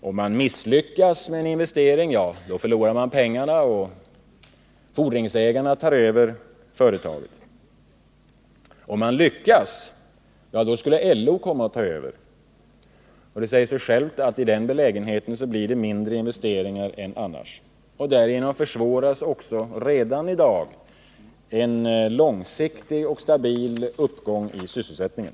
Om man misslyckas med en investering, förlorar man pengarna och fordringsägarna tar över företaget; om man lyckas, skulle LO ta över. Det säger sig självt att i den belägenheten blir det mindre investeringar än annars. Därigenom försvåras också redan i dag en långsiktig och stabil uppgång i sysselsättningen.